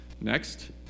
Next